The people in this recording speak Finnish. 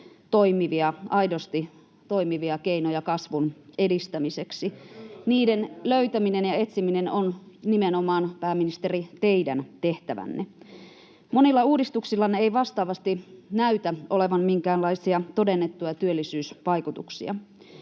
aidosti toimivia, keinoja kasvun edistämiseksi. Niiden löytäminen ja etsiminen on nimenomaan, pääministeri, teidän tehtävänne. Monilla uudistuksillanne ei vastaavasti näytä olevan minkäänlaisia todennettuja työllisyysvaikutuksia.